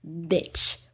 Bitch